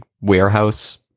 warehouse